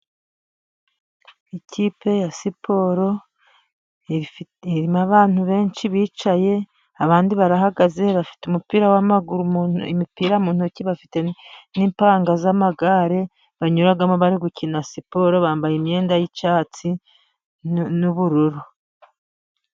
Ikipe ya siporo ifite irimo abantu benshi bicaye, abandi barahagaze, bafite umupira w'amaguru, imipira mu ntoki, bafitr n'impanga z'amagare banyuramo bari gukina siporo, bambaye imyenda y'icyatsi nubururu.